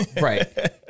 Right